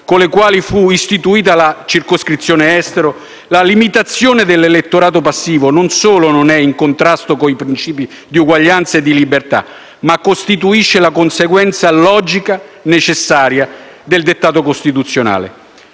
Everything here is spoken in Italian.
con le quali fu istituita la circoscrizione estero, la limitazione dell'elettorato passivo non solo non è in contrasto con i principi di uguaglianza e di libertà, ma costituisce la conseguenza logica, necessaria, del dettato costituzionale.